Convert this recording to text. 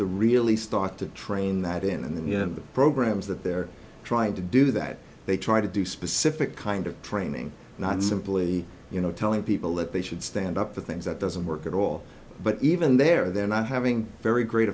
to really start to train that in the programs that they're trying to do that they try to do specific kind of training not simply you know telling people that they should stand up for things that doesn't work at all but even there they're not having very great